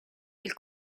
del